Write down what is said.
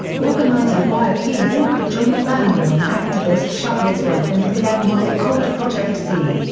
organizer wyatt tee walker joined birmingham activist shuttlesworth and began what they called project c,